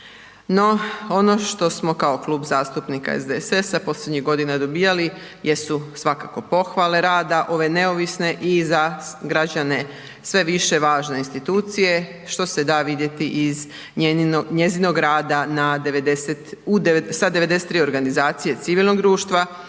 No ono što smo kao Klub zastupnika SDSS-a posljednjih godina dobivali jesu svakako pohvale rada ove neovisne i za građane sve više važne institucije što se da vidjeti iz njezinog rada na sa 93 organizacije civilnog društva,